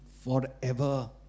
forever